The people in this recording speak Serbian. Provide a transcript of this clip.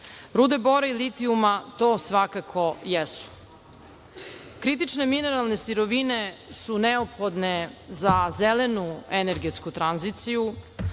Rude bora i litijuma to svakako jesu. Kritične mineralne sirovine su neophodne za zelenu energetsku tranziciju,